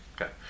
okay